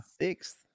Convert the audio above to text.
Sixth